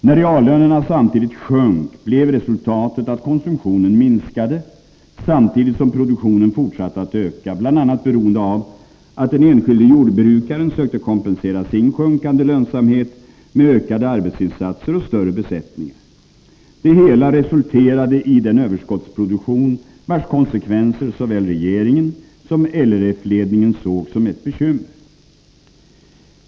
När reallönerna samtidigt sjönk blev resultatet att konsumtionen minskade, samtidigt som produktionen fortsatte att öka, bl.a. beroende på att den enskilde jordbrukaren sökte kompensera sin sjunkande lönsamhet med ökade arbetsinsatser och större besättningar. Det hela resulterade i den överskottsproduktion vars konsekvenser såväl regeringen som LRF-ledningen såg som ett bekymmer.